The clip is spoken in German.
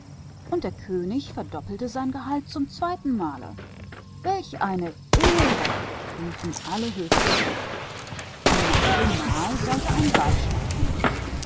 und der könig verdoppelte seinen gehalt zum zweiten male und welche ehre rief der ganze hof nach dem bankett sollte ein ball stattfinden